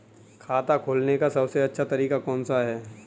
खाता खोलने का सबसे अच्छा तरीका कौन सा है?